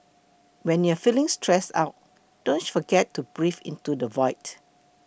when you are feeling stressed out don't forget to breathe into the void